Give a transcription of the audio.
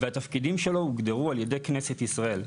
והתפקידים שלו הוגדרו על ידי כנסת ישראל.